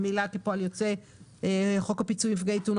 אני לא רואה צורך לבצע שוב פעם בדיקות.